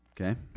Okay